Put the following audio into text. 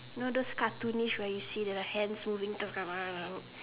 know those cartoonish where you see the hands moving